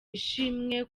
ishimwe